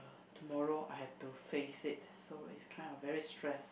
tomorrow I have to face it so is kind of very stress